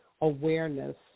awareness